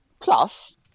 plus